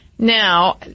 Now